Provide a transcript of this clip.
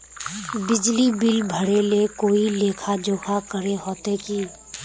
बिजली बिल भरे ले कोई लेखा जोखा करे होते की?